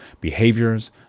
behaviors